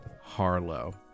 Harlow